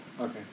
okay